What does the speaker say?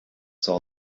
saw